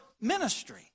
ministry